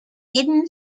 hidden